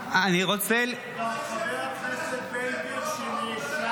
--------- חבר הכנסת בן גביר שנאשם,